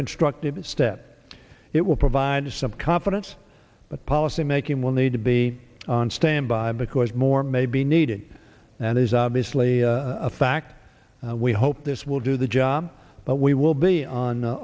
constructive step it will provide some confidence but policymaking will need to be on standby because more may be needed and is obviously a fact we hope this will do the job but we will be on